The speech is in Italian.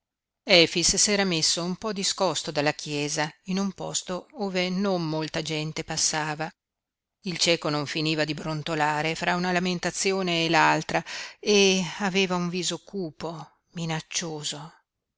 efix s'era messo un po discosto dalla chiesa in un posto ove non molta gente passava il cieco non finiva di brontolare fra una lamentazione e l'altra e aveva un viso cupo minaccioso